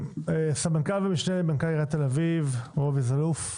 סמנכ"ל ומשנה למנכ"ל עיריית תל אביב, רובי זלוף.